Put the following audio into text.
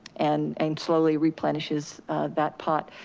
and and slowly replenishes that pot.